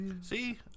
See